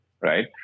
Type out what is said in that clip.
right